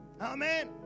Amen